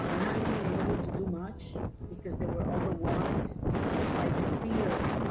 um not being able to do much because they were overwhelmed by the fear,